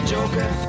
Joker